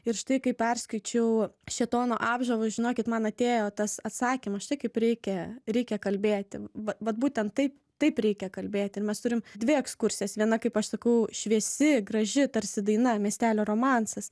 ir štai kai perskaičiau šėtono apžavus žinokit man atėjo tas atsakymas štai kaip reikia reikia kalbėti va vat būtent taip taip reikia kalbėti ir mes turim dvi ekskursijas viena kaip aš sakau šviesi graži tarsi daina miestelio romansas